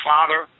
Father